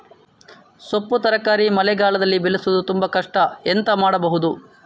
ಸೊಪ್ಪು ತರಕಾರಿ ಮಳೆಗಾಲದಲ್ಲಿ ಬೆಳೆಸುವುದು ತುಂಬಾ ಕಷ್ಟ ಎಂತ ಮಾಡಬಹುದು?